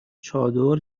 چادر